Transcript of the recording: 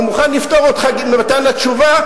אני מוכן לפטור אותך ממתן התשובה,